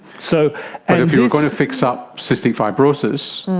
so and if you were going to fix up cystic fibrosis,